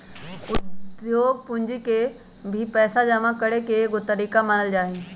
उद्योग पूंजी के भी पैसा जमा करे के एगो तरीका मानल जाई छई